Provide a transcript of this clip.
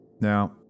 Now